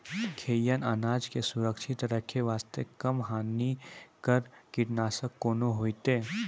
खैहियन अनाज के सुरक्षित रखे बास्ते, कम हानिकर कीटनासक कोंन होइतै?